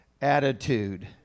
attitude